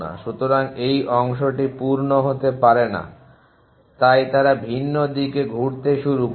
সুতরাং এই অংশটি পূর্ণ হতে পারে না তাই তারা ভিন্ন দিকে ঘুরতে শুরু করবে